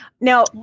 Now